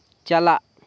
ᱪᱟᱞᱟᱜ